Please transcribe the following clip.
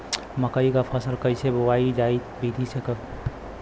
मकई क फसल कईसे बोवल जाई विधि से?